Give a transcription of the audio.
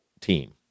team